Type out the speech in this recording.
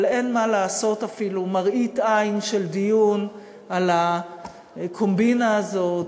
אבל אין מה לעשות אפילו מראית עין של דיון על הקומבינה הזאת,